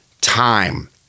time